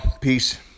Peace